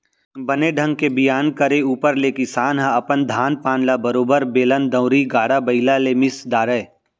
बने ढंग के बियान करे ऊपर ले किसान ह अपन धान पान ल बरोबर बेलन दउंरी, गाड़ा बइला ले मिस डारय